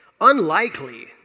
unlikely